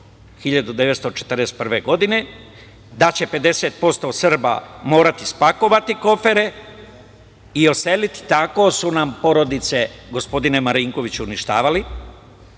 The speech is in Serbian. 1941. godine, da će 50% Srba morati spakovati kofere i odseliti. Tako su nam porodice, gospodine Marinkoviću, uništavali,